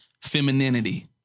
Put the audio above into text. femininity